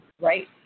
right